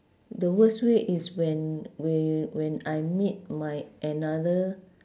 the worst way is when whe~ when I meet my another